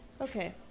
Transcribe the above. Okay